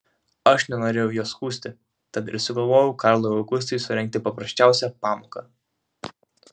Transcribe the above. aš nenorėjau jo skųsti tad ir sugalvojau karlui augustui surengti paprasčiausią pamoką